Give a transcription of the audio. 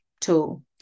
tool